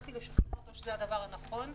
הצלחתי לשכנע אותו שזה הדבר הנכון.